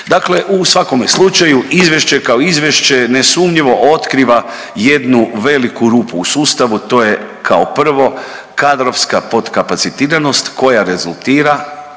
Dakle, u svakome slučaju izvješće kao izvješće nesumnjivo otkriva jednu veliku rupu u sustavu to je kao prvo kadrovska podkapacitiranost koja rezultira